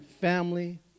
family